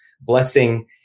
blessing